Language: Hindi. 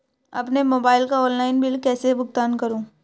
अपने मोबाइल का ऑनलाइन बिल कैसे भुगतान करूं?